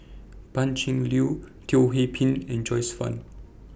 Pan Cheng Lui Teo Ho Pin and Joyce fan